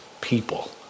people